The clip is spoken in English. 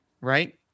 right